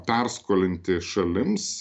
perskolinti šalims